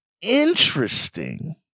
Interesting